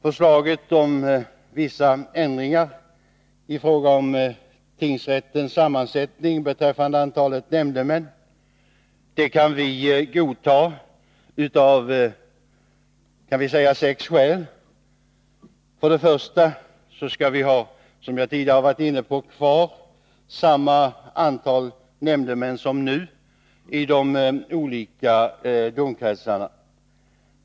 Förslaget om vissa ändringar i fråga om tingsrätternas sammansättning beträffande antalet nämndemän kan vi godta av sex skäl. För det första: Vi skall, som jag tidigare har varit inne på, ha kvar samma antal nämndemän som nu i de olika domkretsarna.